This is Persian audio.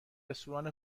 رستوران